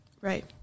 right